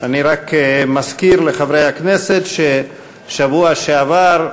אני רק מזכיר לחברי הכנסת שבשבוע שעבר,